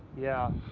yeah.